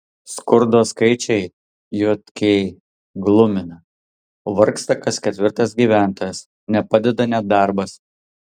skurdo skaičiai jk glumina vargsta kas ketvirtas gyventojas nepadeda net darbas